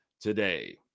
today